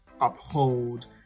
uphold